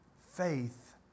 faith